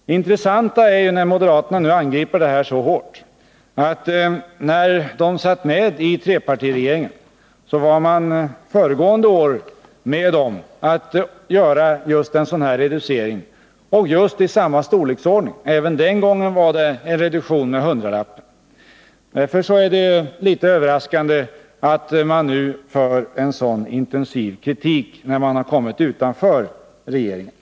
Det intressanta, när moderaterna nu angriper detta så hårt, är att när de förra året satt med i trepartiregeringen var de med om att göra en sådan reducering. Även den gången var det en reduktion med en hundralapp. Därför är det något överraskande att de nu så starkt kritiserar den här reduceringen.